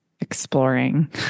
exploring